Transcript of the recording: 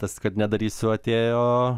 tas kad nedarysiu atėjo